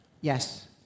Yes